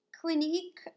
Clinique